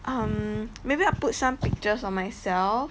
um maybe I put some pictures of myself